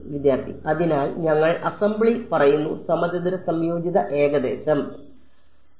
വിദ്യാർത്ഥി അതിനാൽ ഞങ്ങൾ അസംബ്ലി പറയുന്നു സമചതുര സംയോജിത ഏകദേശം അതെ